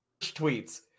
tweets